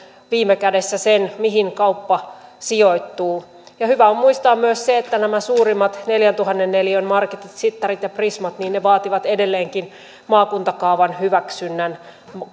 viime kädessä sen mihin kauppa sijoittuu ja hyvä on muistaa myös se että nämä suurimmat neljäntuhannen neliön marketit cittarit ja prismat vaativat edelleenkin maakuntakaavan hyväksynnän